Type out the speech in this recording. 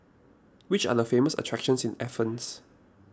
which are the famous attractions in Athens